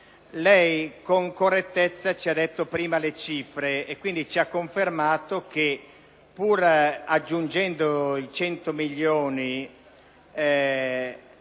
Lei con correttezza ci ha detto prima le cifre e, quindi, ci ha confermato che, pur aggiungendo i 100 milioni,